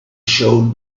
showed